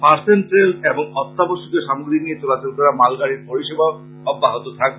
parcel train এবং অত্যাবশ্যকীয় সামগ্রী নিয়ে চলাচল করা মালগাড়ির পরিষেবা অব্যাহত থাকবে